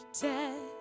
dead